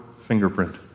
fingerprint